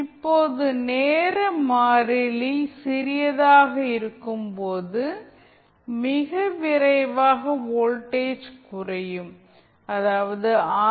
இப்போது நேர மாறிலி சிறியதாக இருக்கும் போது மிக விரைவாக வோல்டேஜ் குறையும் அதாவது ஆர்